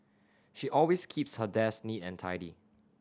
she always keeps her desk neat and tidy